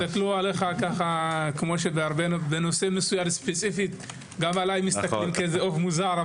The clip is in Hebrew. הסתכלו עליך כמו שבנושא מסוים ספציפית גם עליי מסתכלים כאיזה עוף מוזר,